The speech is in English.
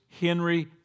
Henry